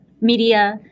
Media